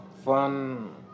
fun